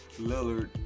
Lillard